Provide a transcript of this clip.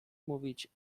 mówić